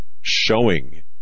showing